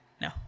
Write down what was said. no